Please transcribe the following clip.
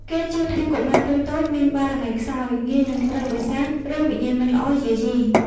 គេជឿថា កុមារតូចៗមានបារមីខ្សោយ ងាយនឹងត្រូវបិសាច ឬវិញ្ញាណមិនល្អយាយី។